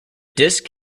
disk